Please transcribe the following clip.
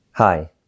Hi